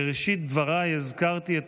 בראשית דבריי הזכרתי את